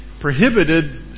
prohibited